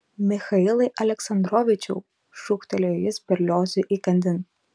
michailai aleksandrovičiau šūktelėjo jis berliozui įkandin